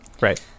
Right